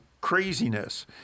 craziness